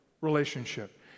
relationship